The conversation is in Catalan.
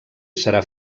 serà